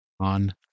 on